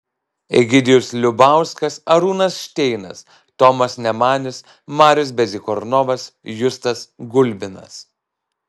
egidijus liubauskas arūnas šteinas tomas nemanis marius bezykornovas justas gulbinas